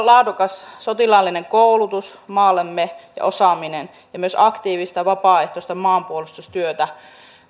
laadukas sotilaallinen koulutus ja osaaminen maallemme myös aktiivista vapaaehtoista maanpuolustustyötä